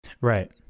Right